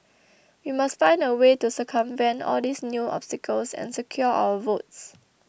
we must find a way to circumvent all these new obstacles and secure our votes